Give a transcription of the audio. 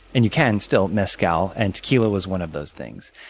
and you can still, mezcal. and tequila was one of those things.